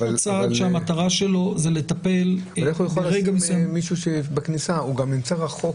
מי שצריך להיות בכניסה גם נמצא רחוק